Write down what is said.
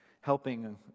helping